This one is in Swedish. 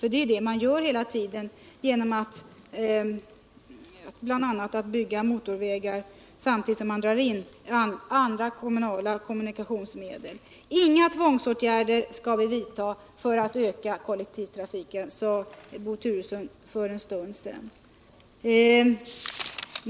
För det är det man gör hela tiden bl.a. genom att bygga motorvägar samtidigt som man drar in andra kommunala kommunikationsmedel. Inga tvångsåtgärder skall vi vidta för att öka kollektivtrafiken, sade Bo Turesson för en stund sedan.